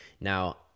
Now